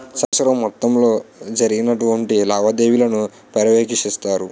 సంవత్సరం మొత్తంలో జరిగినటువంటి లావాదేవీలను పర్యవేక్షిస్తారు